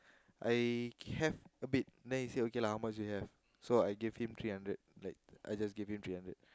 I have a bit then he said okay lah how much do you have so I gave him three hundred like I just give him three hundred